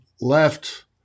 left